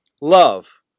Love